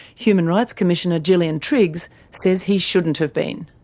human rights commissioner gillian triggs says he shouldn't have been.